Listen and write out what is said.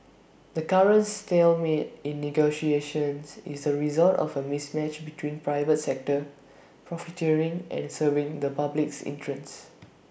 the current stalemate in negotiations is the result of A mismatch between private sector profiteering and serving the public's interests